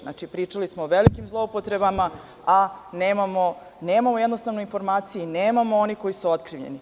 Znači, pričali smo o velikim zloupotrebama, a nemamo jednostavno informacije i nemamo one koji su otkriveni.